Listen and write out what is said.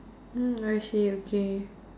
mm I see okay